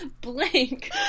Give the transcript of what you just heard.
blank